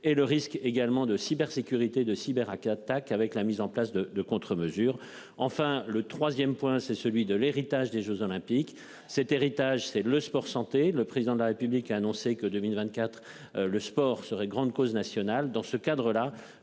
et le risque également de cybersécurité de cyber attaque avec la mise en place de de contre-mesures enfin le 3ème point c'est celui de l'héritage des Jeux olympiques cet héritage, c'est le sport santé. Le président de la République a annoncé que 2024. Le sport serait grande cause nationale dans ce cadre-là